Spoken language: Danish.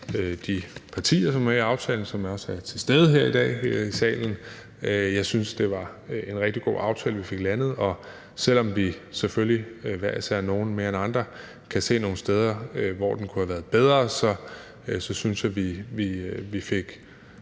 de partier, som er med i aftalen, og som også er til stede her i dag i salen. Jeg synes, det er en rigtig god aftale, vi fik landet, og selv om vi selvfølgelig hver især – nogle mere end andre – kan se nogle steder, hvor den kunne have været bedre, synes jeg, vi fik